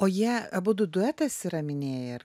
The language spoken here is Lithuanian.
o jie abudu duetas yra minėjai